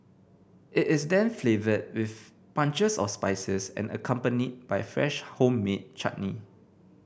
it is then flavoured with punches of spices and accompanied by a fresh homemade chutney